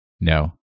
No